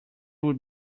would